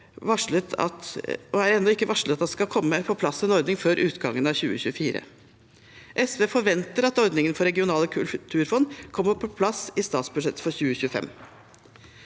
det er ennå ikke varslet at det skal komme en ordning på plass før utgangen av 2024. SV forventer at ordningen for regionale kulturfond kommer på plass i statsbudsjettet for 2025.